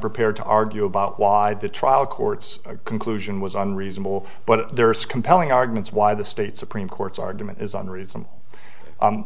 prepared to argue about why the trial court's conclusion was unreasonable but there is compelling arguments why the state supreme court's argument is unreasonable